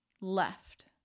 left